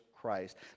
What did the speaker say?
christ